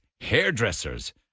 hairdressers